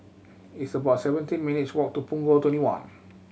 it's about seventeen minutes' walk to Punggol Twenty one